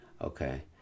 okay